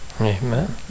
amen